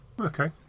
Okay